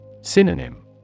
Synonym